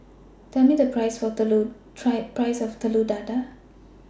Tell Me The Price of Telur Dadah